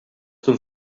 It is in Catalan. ton